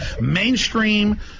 mainstream